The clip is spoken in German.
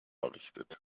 errichtet